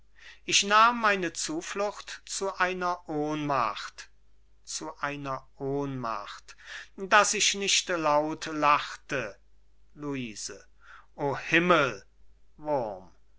ich nahm meine zuflucht zu einer ohnmacht zu einer ohnmacht daß ich nicht laut lachte luise o himmel wurm